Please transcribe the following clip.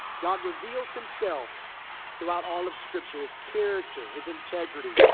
god reveals himself throughout all of scripture. his character. his integrity.